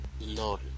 Lord